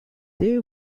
they